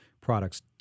products